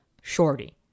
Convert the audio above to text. shorty